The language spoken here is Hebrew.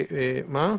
מה?